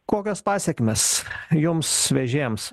kokios pasekmės jums vežėjams